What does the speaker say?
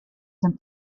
dem